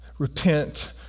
Repent